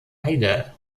heide